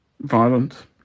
violent